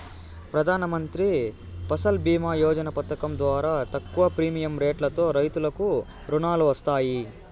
ప్రధానమంత్రి ఫసల్ భీమ యోజన పథకం ద్వారా తక్కువ ప్రీమియం రెట్లతో రైతులకు రుణాలు వస్తాయి